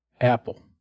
apple